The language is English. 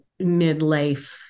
midlife